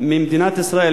ממדינת ישראל,